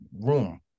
room